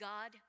God